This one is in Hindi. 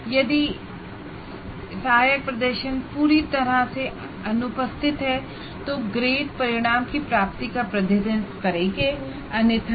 यदि यह 1असिस्टेड परफॉर्मेंस पूरी तरह से अनुपस्थित है तो ग्रेड अटैनमेंट ऑफ़ आउटकम को सही मायने दर्शाएगा अन्यथा नहीं